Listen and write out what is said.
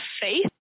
faith